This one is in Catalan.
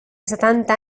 setanta